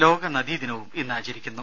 ലോക നദീ ദിനവും ഇന്ന് ആചരിക്കുന്നു